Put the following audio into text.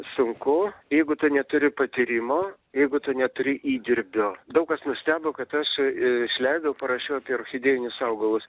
sunku jeigu tu neturi patyrimo jeigu tu neturi įdirbio daug kas nustebo kad aš išleidau parašiau apie orchidėjinius augalus